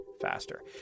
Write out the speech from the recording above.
faster